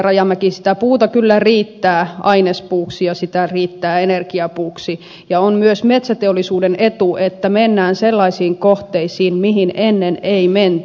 rajamäki sitä puuta kyllä riittää ainespuuksi ja sitä riittää energiapuuksi ja on myös metsäteollisuuden etu että mennään sellaisiin kohteisiin mihin ennen ei menty